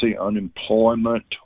unemployment